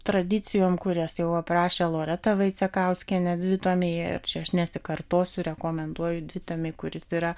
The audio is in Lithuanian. tradicijom kurias jau aprašė loreta vaicekauskienė dvitomyje ir čia aš nesikartosiu rekomenduoju dvitomį kuris yra